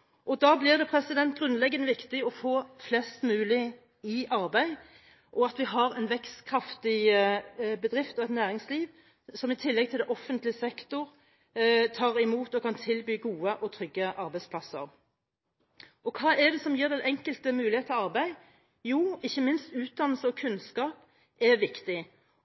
ytelser. Da blir det grunnleggende viktig å få flest mulig i arbeid og at vi har et vekstkraftig bedrifts- og næringsliv, som i tillegg til offentlig sektor tar imot og kan tilby gode og trygge arbeidsplasser. Og hva er det som gir den enkelte mulighet for arbeid? Jo, ikke minst utdannelse og kunnskap er viktig.